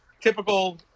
typical